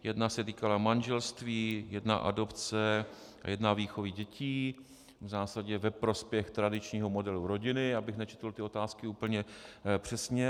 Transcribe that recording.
Jedna se týkala manželství, jedna adopce a jedna výchovy dětí, v zásadě ve prospěch tradičního modelu rodiny, abych nečetl ty otázky úplně přesně.